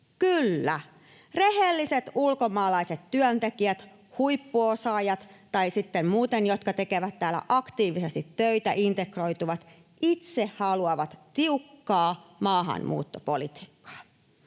Kyllä, rehelliset ulkomaalaiset työntekijät, huippuosaajat ja sitten muut, jotka tekevät täällä aktiivisesti töitä, integroituvat, itse haluavat tiukkaa maahanmuuttopolitiikkaa.